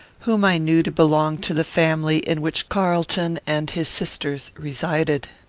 whom i knew to belong to the family in which carlton and his sisters resided.